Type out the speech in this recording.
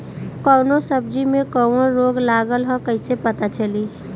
कौनो सब्ज़ी में कवन रोग लागल ह कईसे पता चली?